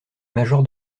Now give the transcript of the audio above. major